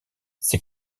ces